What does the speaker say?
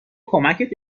کمکت